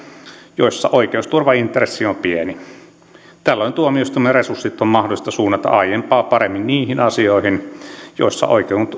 joissa oikeusturvaintressi on pieni tällöin tuomioistuimen resurssit on mahdollista suunnata aiempaa paremmin niihin asioihin joissa